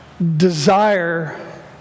desire